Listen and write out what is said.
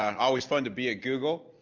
and always fun to be at google.